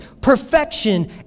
perfection